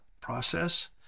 process